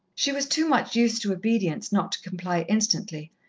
she was too much used to obedience not to comply instantly,